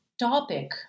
topic